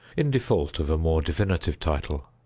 in default of a more definitive title.